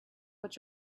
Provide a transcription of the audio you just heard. what